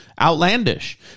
outlandish